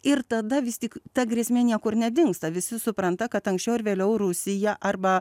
ir tada vis tik ta grėsmė niekur nedingsta visi supranta kad anksčiau ar vėliau rusija arba